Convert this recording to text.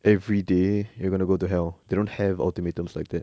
everyday you're going to go to hell they don't have ultimatums like that